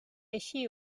així